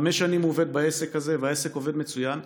חמש שנים הוא עובד בעסק הזה והעסק עובד מצוין,